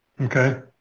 okay